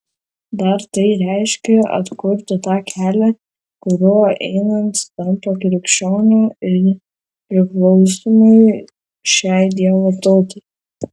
dar tai reiškia atkurti tą kelią kuriuo einant tampa krikščioniu ir priklausymui šiai dievo tautai